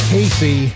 Casey